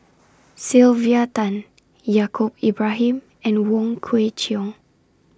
Sylvia Tan Yaacob Ibrahim and Wong Kwei Cheong